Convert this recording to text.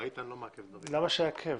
(תיקון מס' 6), התשפ"א-2021,